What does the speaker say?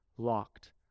Locked